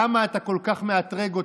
למה אתה כל כך מאתרג אותו?